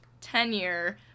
tenure